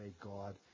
God